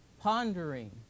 pondering